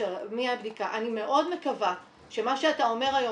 אני מאוד מקווה שמה שאתה אומר היום